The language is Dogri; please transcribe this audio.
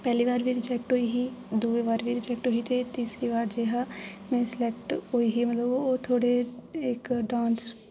पैह्ली बार बी रीजेक्ट होई ही दुए बार बी रीजेक्ट होई ही ते तीसरी बार जे हा मैं सेलेक्ट होई ही मतलब ओह् थोह्ड़े इक डान्स